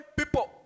people